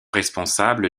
responsable